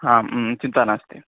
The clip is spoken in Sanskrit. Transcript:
हां चिन्ता नास्ति